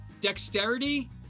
dexterity